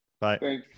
Bye